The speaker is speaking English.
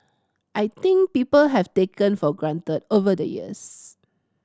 I think people have taken for granted over the years